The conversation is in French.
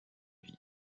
vie